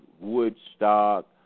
Woodstock